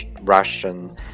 Russian